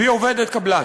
והיא עובדת קבלן.